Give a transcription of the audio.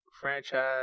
Franchise